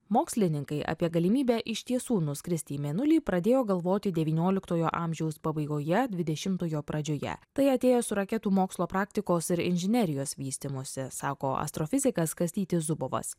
mokslininkai apie galimybę iš tiesų nuskristi į mėnulį pradėjo galvoti devynioliktojo amžiaus pabaigoje dvidešimtojo pradžioje tai atėjo su raketų mokslo praktikos ir inžinerijos vystymusi sako astrofizikas kastytis zubovas